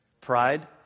pride